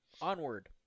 Onward